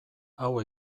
hau